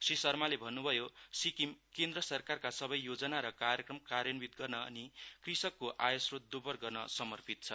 श्री शर्माले भन्नुभयो सिक्किम केन्द्र सरकारका सबै योजना र कार्यक्रम कार्यान्वित गर्न अनि कृषकको आयश्रोत दोब्बर गर्न समर्पित छ